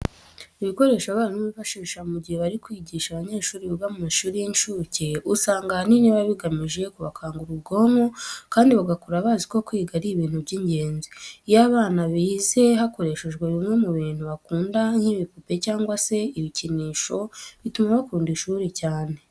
Ibikoresho abarimu bifashisha mu gihe bari kwigisha abanyeshuri biga mu mashuri y'incuke, usanga ahanini biba bigamije kubakangura ubwonko kandi bagakura bazi ko kwiga ari ibintu by'ingenzi. Iyo abana bize hakoreshejwe bimwe mu bintu bakunda nk'ibipupe cyangwa se ibikinisho bituma bakunda ishuri cyane.